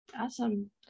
Awesome